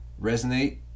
resonate